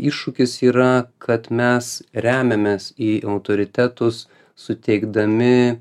iššūkis yra kad mes remiamės į autoritetus suteikdami